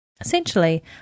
Essentially